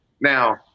Now